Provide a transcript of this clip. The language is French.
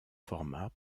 format